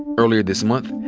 earlier this month,